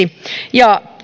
ja